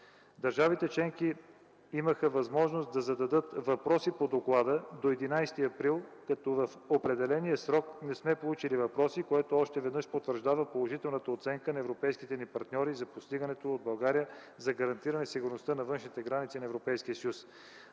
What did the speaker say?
Държавите членки имаха възможност да зададат въпроси по доклада до 11 април, като в определения срок не сме получили въпроси, което още веднъж потвърждава положителната оценка на европейските ни партньори за постигнатото от България за гарантиране сигурността на външните граници на Европейския съюз.